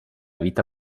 vita